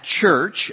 church